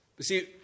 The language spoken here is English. see